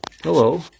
Hello